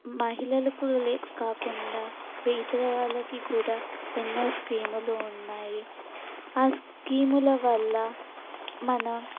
మహిళలకు లే కాకుండా మిగతా వాళ్ళకి కూడా ఎన్నో స్కీములు ఉన్నాయి ఆ స్కీముల వల్ల మన